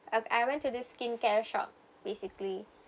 I I went to this skincare shop basically